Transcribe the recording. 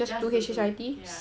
just to do yeah